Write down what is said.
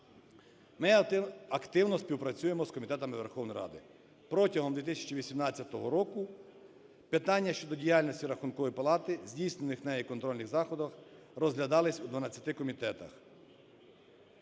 Ми активно співпрацюємо з комітетами Верховної Ради. Протягом 2018 року питання щодо діяльності Рахункової палати, здійснених нею контрольних заходів розглядалися у 12 комітетах.